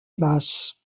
place